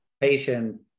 patient